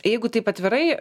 jeigu taip atvirai